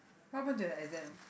what happen to the exam